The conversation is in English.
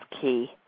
key